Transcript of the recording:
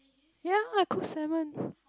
ya I cook salmon